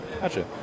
Gotcha